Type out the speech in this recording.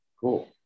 cool